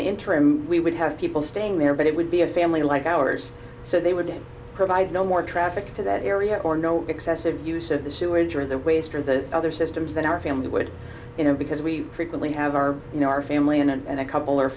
the interim we would have people staying there but it would be a family like ours so they would provide no more traffic to that area or no excessive use of the sewerage or the waste or the other systems that our family would you know because we frequently have our you know our family and a couple o